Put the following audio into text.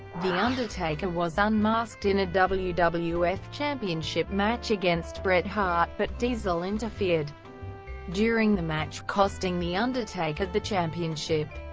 the undertaker was unmasked in a wwf wwf championship match against bret hart, but diesel interfered during the match, costing the undertaker the championship.